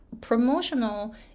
promotional